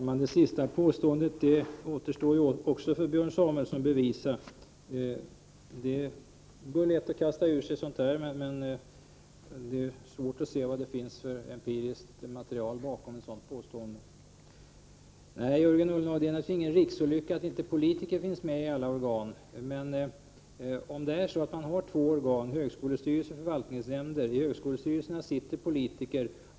Herr talman! Även när det gäller Björn Samuelsons sista påstående återstår det att komma med bevis. Det är lätt att slänga ur sig sådant här, men det är svårt att finna vilket empiriskt material som ligger till grund för ett påstående av detta slag. Nej, Jörgen Ullenhag, det är naturligtvis ingen riksolycka att politiker inte finns med i alla organ. I de två organ det här gäller — högskolestyrelserna och förvaltningsnämnderna — finns det politiker bara i högskolestyrelserna.